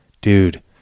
Dude